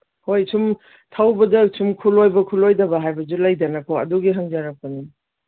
ꯍꯣꯏ ꯁꯨꯝ ꯊꯧꯕꯗ ꯁꯨꯝ ꯈꯨꯂꯣꯏꯕ ꯈꯨꯂꯣꯏꯗꯕ ꯍꯥꯏꯕꯁꯨ ꯂꯩꯗꯅꯀꯣ ꯑꯗꯨꯒꯤ ꯍꯪꯖꯔꯛꯄꯅꯤ